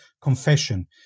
confession